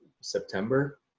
September